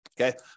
okay